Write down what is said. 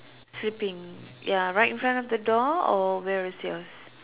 sleeping ya right in front of the door or where is yours